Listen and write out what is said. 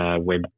web